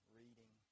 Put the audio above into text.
reading